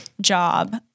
job